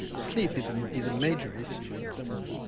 sleep is um is a major issue in autism.